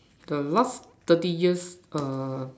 the last thirty years err